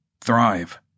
thrive